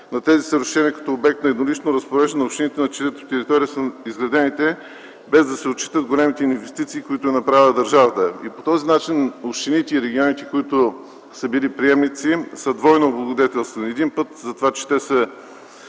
на тези съоръжения като обект на еднолично разпореждане на общините, на чиято територия са изградени те, без да се отчитат големите инвестиции, които е направила държавата. По този начин общините и регионите, които са били приемници, са двойно облагодетелствани. Един път за това, че те са